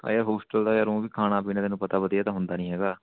ਆ ਯਾਰ ਹੋਸਟਲ ਦਾ ਯਾਰ ਊਂ ਵੀ ਖਾਣਾ ਪੀਣਾ ਤੈਨੂੰ ਪਤਾ ਵਧੀਆ ਤਾਂ ਹੁੰਦਾ ਨਹੀਂ ਹੈਗਾ